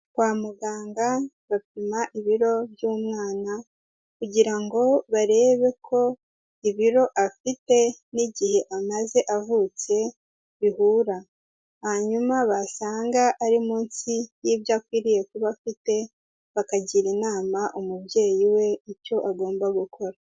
Kwa muganga bapima ibiro by'umwana kugira ngo barebe ko ibiro afite n'igihe amaze avutse bihura, hanyuma basanga ari munsi y'ibyo akwiriye kuba afite, bakagira inama umubyeyi we icyo agomba gukora.